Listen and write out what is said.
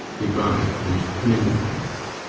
good-bye and many thanks.